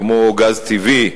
כמו גז טבעי,